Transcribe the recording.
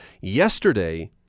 Yesterday